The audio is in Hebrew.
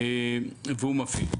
והוא מפעיל.